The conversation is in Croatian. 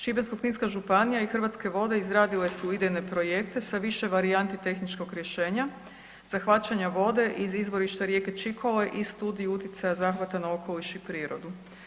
Šibensko-kninska županija i Hrvatske vode izradile su idejne projekte sa više varijanti tehničkog rješenja, zahvaćanja vode iz izvorišta rijeke Čikole i studiju utjecaja zahvata na okoliš i prirodu.